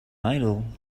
idol